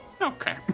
Okay